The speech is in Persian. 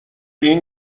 این